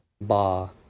ba